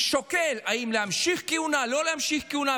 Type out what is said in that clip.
שוקל אם להמשיך כהונה או לא להמשיך כהונה,